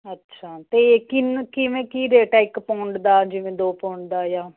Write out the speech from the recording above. ਅੱਛਾ ਅਤੇ ਕਿੰਨ ਕਿਵੇਂ ਕੀ ਰੇਟ ਹੈ ਇੱਕ ਪੌਂਡ ਦਾ ਜਿਵੇਂ ਦੋ ਪੌਂਡ ਦਾ ਜਾਂ